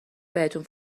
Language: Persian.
بهتون